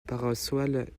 paroissiale